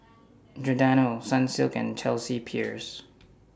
Giordano Sunsilk and Chelsea Peers